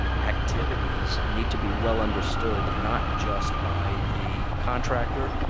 activities need to be well understood, not just by the contractor,